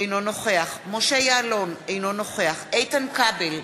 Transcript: אינו נוכח משה יעלון, אינו נוכח איתן כבל,